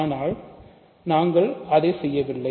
ஆனால் நாங்கள் அதைச் செய்யவில்லை